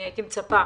אני הייתי מצפה